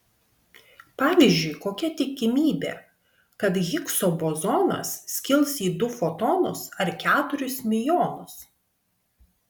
pavyzdžiui kokia tikimybė kad higso bozonas skils į du fotonus ar keturis miuonus